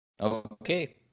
Okay